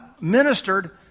ministered